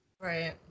Right